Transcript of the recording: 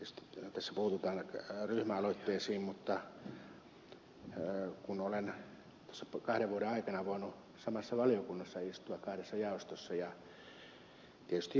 tietysti tässä puututaan ryhmäaloitteisiin mutta kun olen tässä kahden vuoden aikana voinut samassa valiokunnassa istua kahdessa jaostossa ja tietysti jo aiemminkin niin ed